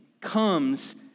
comes